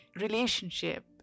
relationship